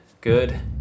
Good